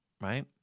right